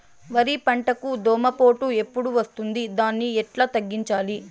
వరి పంటకు దోమపోటు ఎప్పుడు వస్తుంది దాన్ని ఎట్లా తగ్గించాలి?